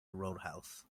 roadhouse